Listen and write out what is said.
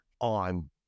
on